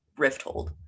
rifthold